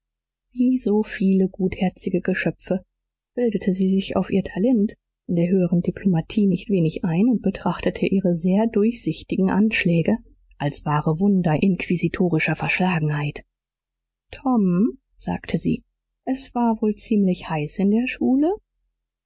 so viele gutherzige geschöpfe bildete sie sich auf ihr talent in der höheren diplomatie nicht wenig ein und betrachtete ihre sehr durchsichtigen anschläge als wahre wunder inquisitorischer verschlagenheit tom sagte sie es war wohl ziemlich heiß in der schule